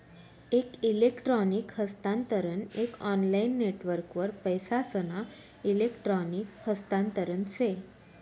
एक इलेक्ट्रॉनिक हस्तांतरण एक ऑनलाईन नेटवर्कवर पैसासना इलेक्ट्रॉनिक हस्तांतरण से